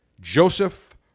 Joseph